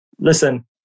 listen